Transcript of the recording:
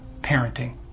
parenting